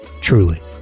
Truly